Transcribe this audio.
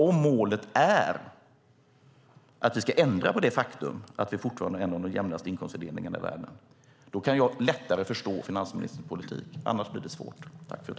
Om målet är att vi ska ändra på det faktum att vi fortfarande har en av de jämnaste inkomstfördelningarna i världen, då kan jag lättare förstå finansministerns politik. Annars blir det svårt.